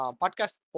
podcast